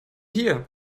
hier